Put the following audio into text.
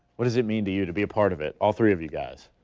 what does it mean to you to be a part of it all three of you guys.